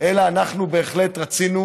אלא אנחנו בהחלט רצינו,